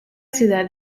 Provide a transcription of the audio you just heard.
ciudad